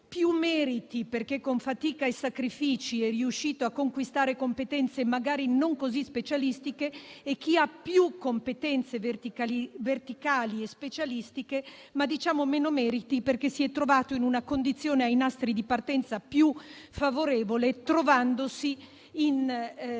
più meriti, perché con fatica e sacrifici è riuscito a conquistare competenze, magari non così specialistiche, e chi ha più competenze verticali e specialistiche, ma meno meriti, perché si è trovato in una condizione più favorevole ai nastri